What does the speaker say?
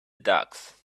ducks